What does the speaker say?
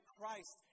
Christ